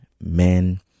men